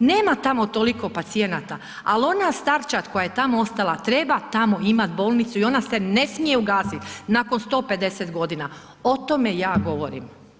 nema tamo toliko pacijenata ali ona starčad koja je tamo ostala treba tamo imat bolnicu i ona se ne smije ugasiti nakon 150 g., o tome ja govorim.